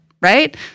right